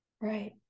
Right